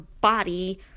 body